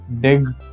dig